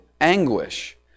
anguish